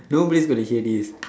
nobody's gonna hear this